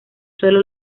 suelo